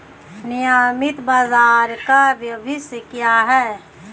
नियमित बाजार का भविष्य क्या है?